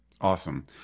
Awesome